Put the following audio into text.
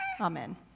Amen